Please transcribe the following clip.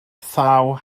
thaw